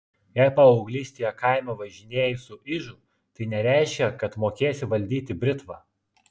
jei paauglystėje kaime važinėjai su ižu tai nereiškia kad mokėsi valdyti britvą